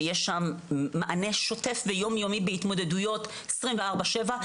שיש שם מענה שוטף ויום יומי בהתמודדויות עשרים וארבע שבע,